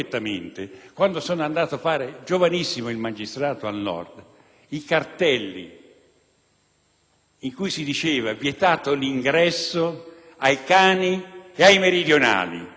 in cui si diceva «Vietato l'ingresso ai cani e ai meridionali». Eppure i meridionali hanno prodotto il *boom*